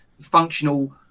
functional